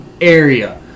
area